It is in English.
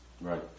Right